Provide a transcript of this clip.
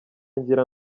ngira